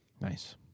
Nice